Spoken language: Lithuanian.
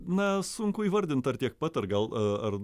na sunku įvardint ar tiek pat ar gal ar